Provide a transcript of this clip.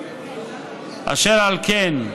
אשר על כן,